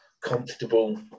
comfortable